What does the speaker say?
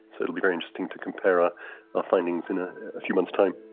so it will be very interesting to compare our findings in a few months' time.